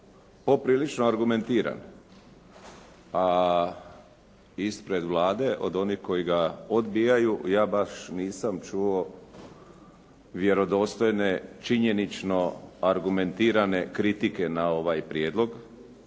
poprilično argumentiran, a ispred Vlade od onih koji ga odbijaju, ja baš nisam čuo vjerodostojne činjenično argumentirane kritike na ovaj prijedlog,